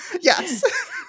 Yes